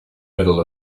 middle